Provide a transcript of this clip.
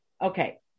Okay